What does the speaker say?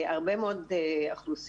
הרבה מאוד אוכלוסיות.